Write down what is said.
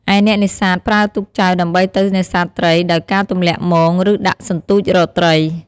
ឯអ្នកនេសាទប្រើទូកចែវដើម្បីទៅនេសាទត្រីដោយការទម្លាក់មង ឬដាក់សន្ទូចរកត្រី។